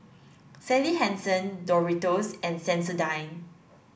Sally Hansen Doritos and Sensodyne